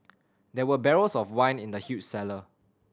there were barrels of wine in the huge cellar